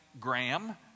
graham